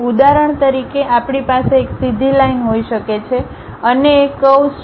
ઉદાહરણ તરીકે આપણી પાસે એક સીધી લાઈન હોઈ શકે છે અન્ય એક કર્વ્સ છે